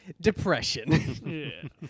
Depression